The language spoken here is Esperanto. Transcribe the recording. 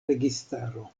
registaro